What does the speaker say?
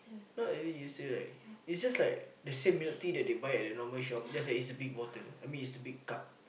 not really you still like is just like the same milk tea that they buy at the normal shop just that it's a big bottle I mean it's a big cup